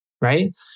Right